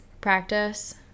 practice